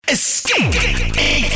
Escape